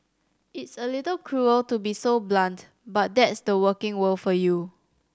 it's a little cruel to be so blunt but that's the working world for you